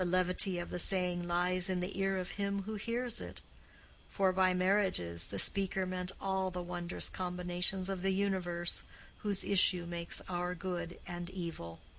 the levity of the saying lies in the ear of him who hears it for by marriages the speaker meant all the wondrous combinations of the universe whose issue makes our good and evil.